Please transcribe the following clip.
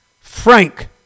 Frank